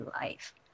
life